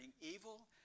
evil